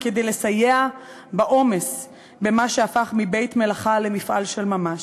ולסייע בעומס במה שהפך מבית-מלאכה למפעל של ממש.